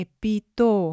Epito